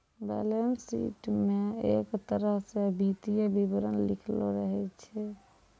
balance sheet म एक तरह स वित्तीय विवरण लिखलो रहै छै